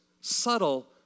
Subtle